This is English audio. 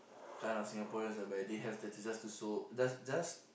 kind of Singaporeans whereby they have tattoos just to sow just just